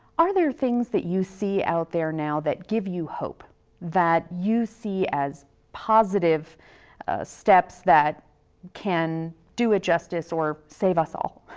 are there things that you see out there now that give you hope that you see as positive steps that can do a justice or save us all?